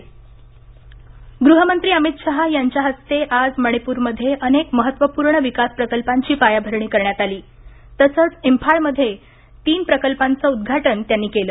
गुहमंत्री अमित शहा मणिप्र दौरा गृहमंत्री अमित शहा यांच्या हस्ते आज मणिपूरमध्ये अनेक महत्त्वपूर्ण विकास प्रकल्पांची पायाभरणी करण्यात आली तसंच इम्फाळमध्ये तीन प्रकल्पाचं उद्घाटन त्यांनी केलं